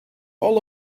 all